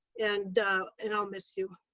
and and i'll miss you.